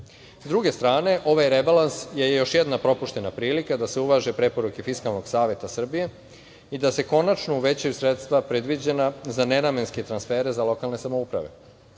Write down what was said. druge strane, ovaj rebalans je još jedna propuštena prilika da se uvaže preporuke Fiskalnog saveta Srbije i da se konačno uvećaju sredstva predviđena za nenamenske transfere za lokalne samouprave.